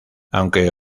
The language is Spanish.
aunque